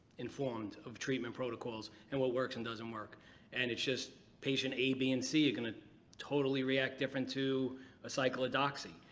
informed of treatment protocols and what works and what doesn't work and it's just patient a, b, and c are going to totally react different to a cyclo-doxy